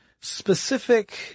specific